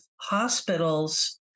hospitals